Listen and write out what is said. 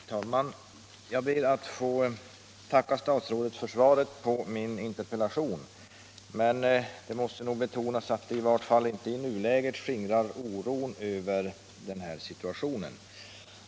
Herr talman! Jag ber att få tacka statsrådet för svaret på min interpellation, men det måste nog betonas att svaret i varje fall i nuläget inte skingrar oron över situationen.